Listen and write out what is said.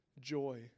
joy